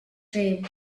dream